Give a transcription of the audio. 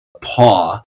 paw